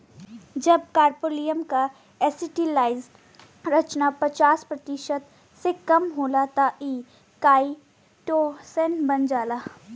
जब कॉपोलीमर क एसिटिलाइज्ड संरचना पचास प्रतिशत से कम होला तब इ काइटोसैन बन जाला